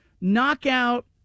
knockout